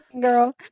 Girl